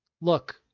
look